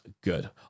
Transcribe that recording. good